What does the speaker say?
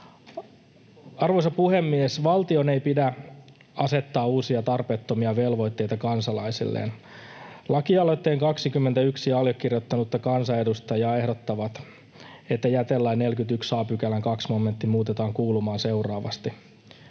Arvoisa puhemies! Valtion ei pidä asettaa uusia tarpeettomia velvoitteita kansalaisilleen. Lakialoitteen allekirjoittaneet 21 kansanedustajaa ehdottavat, että jätelain 41 a §:n 2 momentti muutetaan kuulumaan seuraavasti: